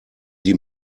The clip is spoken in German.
die